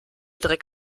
dreck